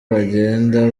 bagenda